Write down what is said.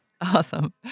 Awesome